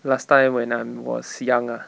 last time when I'm was young ah